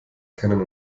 keinen